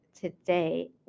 today